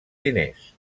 diners